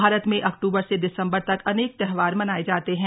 भारत में अक्टूबर से दिसंबर तक अनेक त्योहार मनाए जाते हैं